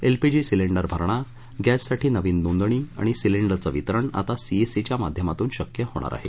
LPG cylinder भरणा गॅससाठी नविन नोंदणी आणि सिलेंडरचं वितरण आता सीएससीच्या माध्यमातून शक्य होणार आहे